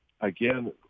again